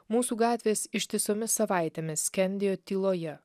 mūsų gatvės ištisomis savaitėmis skendėjo tyloje